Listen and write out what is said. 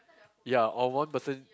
ya on one person